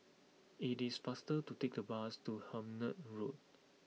it is faster to take the bus to Hemmant Road